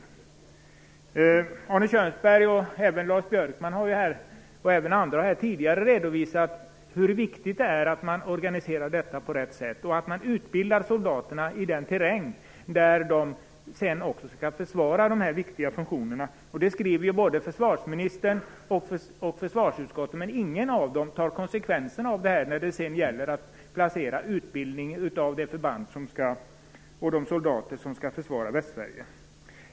Bl.a. Arne Kjörnsberg och Lars Björkman har här tidigare redovisat hur viktigt det är att detta organiseras på rätt sätt och att soldaterna utbildas i den terräng där de skall försvara viktiga funktioner. Det skriver både försvarsministern och försvarsutskottet, men ingen av dem tar konsekvenserna av detta när det gäller att placera utbildningen av de förband och de soldater som skall försvara Västsverige.